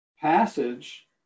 passage